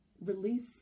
release